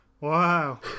Wow